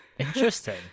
Interesting